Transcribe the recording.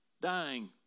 dying